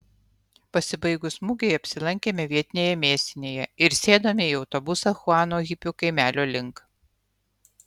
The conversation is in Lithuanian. pasibaigus mugei apsilankėme vietinėje mėsinėje ir sėdome į autobusą chuano hipių kaimelio link